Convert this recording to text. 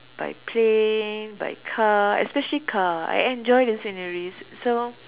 by plane by car especially car I enjoy the sceneries so